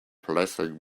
blessing